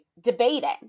debating